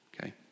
okay